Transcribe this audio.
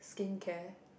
skincare